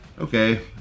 okay